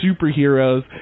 superheroes